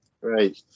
right